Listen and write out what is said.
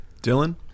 dylan